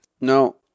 no